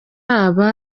aba